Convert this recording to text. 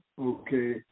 okay